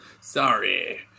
Sorry